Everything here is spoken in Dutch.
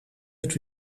het